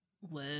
Whoa